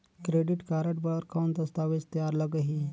Credit card बर कौन दस्तावेज तैयार लगही?